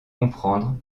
comprendre